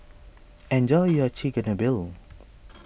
enjoy your Chigenabe